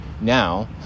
now